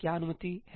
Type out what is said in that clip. क्या अनुमति है